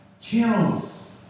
kills